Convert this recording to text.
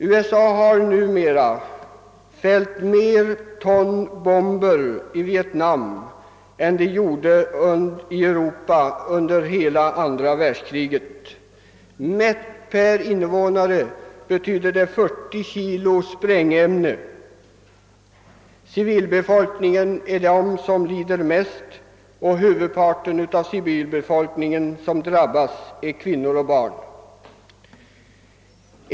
USA har numera fällt fler ton bomber i Vietnam än man gjorde i Europa under hela andra världskriget. Mätt per invånare betyder det 40 kg sprängämnen. De som lider mest är civilbefolkningen, och huvudparten av den civilbefolkning som drabbas är kvinnor och barn.